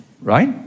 Right